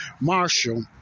Marshall